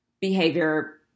behavior